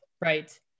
right